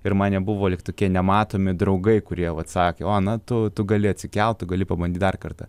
ir man jie buvo lyg tokie nematomi draugai kurie vat sakė o na tu tu gali atsikelt tu gali pabandyt dar kartą